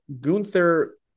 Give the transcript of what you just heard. Gunther